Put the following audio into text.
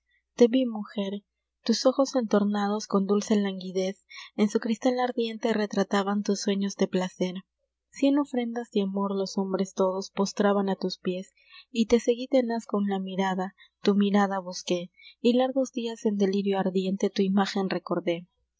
te ví mujer tus ojos entornados con dulce languidez en su cristal ardiente retrataban tus sueños de placer cien ofrendas de amor los hombres todos postraban á tus piés y te seguí tenaz con la mirada tu mirada busqué y largos dias en delirio ardiente tu imágen recordé te